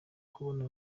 kubona